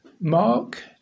Mark